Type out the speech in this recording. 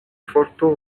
forto